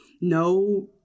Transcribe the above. no